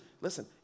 listen